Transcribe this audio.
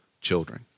children